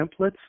templates